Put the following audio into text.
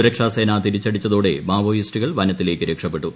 സുരക്ഷാസേന തിരിച്ചടിച്ചതോടെ മാവോയിസ്റ്റുകൾ വനത്തിലേയ്ക്ക് രക്ഷപ്പെട്ടു